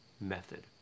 method